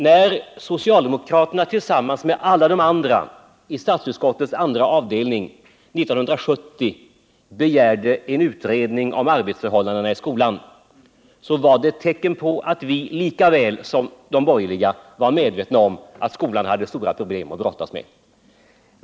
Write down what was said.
När socialdemokraterna tillsammans med alla de övriga i statsutskottets andra avdelning 1970 begärde en utredning om arbetsförhållandena i skolan, så var det ett tecken på att vi lika väl som de borgerliga var medvetna om att skolan hade stora problem att brottas med.